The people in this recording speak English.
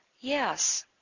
yes